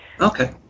Okay